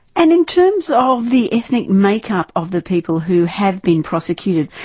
and in terms of the ethnic make-up of the people who have been prosecuted,